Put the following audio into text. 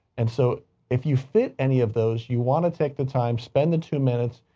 and so if you fit any of those, you want to take the time, spend the two minutes,